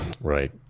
Right